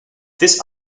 this